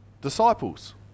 disciples